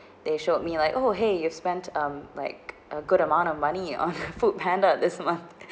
they showed me like oh !hey! you spent um like a good amount of money on Foodpanda this month